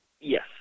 Yes